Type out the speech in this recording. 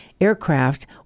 aircraft